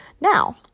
now